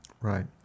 Right